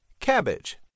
cabbage